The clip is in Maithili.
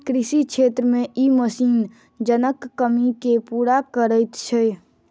कृषि क्षेत्र मे ई मशीन जनक कमी के पूरा करैत छै